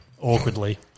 Awkwardly